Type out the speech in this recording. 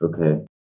Okay